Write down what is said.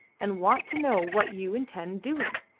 and want to know what you intend doing.